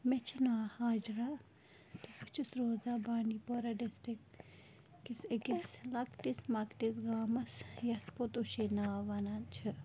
مےٚ چھِ ناو حاجرہ تہٕ بہٕ چھَس روزان بانٛڈی پورا ڈِسٹِک کِس أکِس لۄکٹِس مۄکٹِس گامَس یَتھ پوٚتُشے ناو وَنان چھِ